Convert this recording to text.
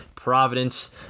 Providence